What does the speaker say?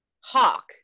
Hawk